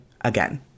again